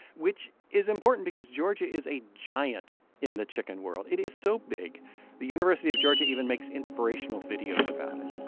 which is important because georgia is a giant in the chicken world. it is so big the university of georgia even makes inspirational videos about it